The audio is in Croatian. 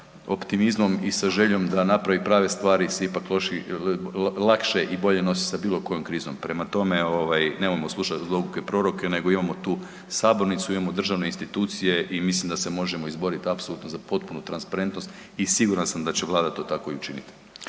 i sa željom da napravi prave stvari se ipak lakše i bilje nosi sa bilo kojom krizom. Prema tome ovaj, nemojmo slušati zlouke proroke nego imamo tu sabornicu, imamo državne institucije i mislim da se možemo izboriti apsolutno za potpunu transparentnost i siguran sam da će Vlada to tako i učiniti.